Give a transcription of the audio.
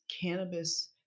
cannabis